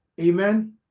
Amen